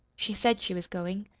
she said she was going.